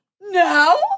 No